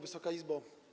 Wysoka Izbo!